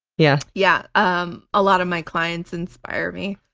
yeah yeah um a lot of my clients inspire me.